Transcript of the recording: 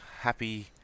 happy